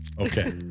Okay